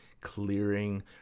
clearing